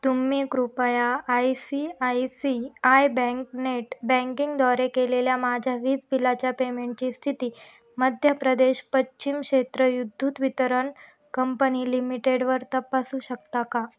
तुम्ही कृपया I C I C I bank net बँकिंगद्वारे केलेल्या माझ्या वीज बिलाच्या पेमेंटची स्थिती मध्य प्रदेश पश्चिम क्षेत्र विद्युत वितरण कंपनी लिमिटेडवर तपासू शकता का